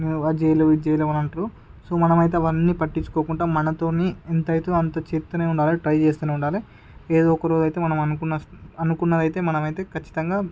నువ్వు అది చేయలేవు ఇది చేయలేవు అని అంటారు సో మనం అయితే అవన్నీ పట్టించుకోకుండా మనతోనే ఎంతయితే అంత చేస్తూనే ఉండాలి ట్రై చేస్తూనే ఉండాలి ఏదో ఒక రోజు అయితే మనం అనుకున్న అనుకున్నది అయితే మనం అయితే ఖచ్చితంగా